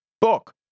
book